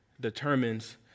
determines